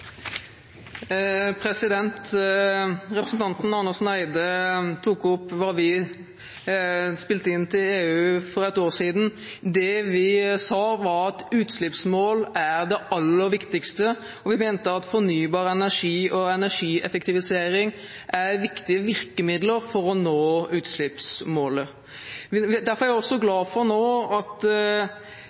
Representanten Andersen Eide spurte om hva vi spilte inn til EU for et år siden. Det vi sa, var at utslippsmål er det aller viktigste, og vi mente at fornybar energi og energieffektivisering er viktige virkemidler for å nå utslippsmålet. Derfor er jeg også glad for at EU nå